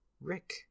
rick